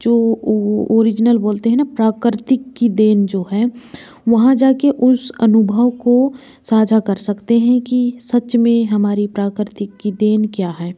जो ओरिजिनल बोलते हैं न प्राकृतिक की देन जो हैं वहाँ जाकर उस अनुभव को साझा कर सकते हैं कि सच में हमारी प्रकृति की देन क्या है